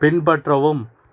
பின்பற்றவும்